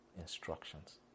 instructions